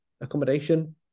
accommodation